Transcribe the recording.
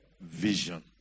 Vision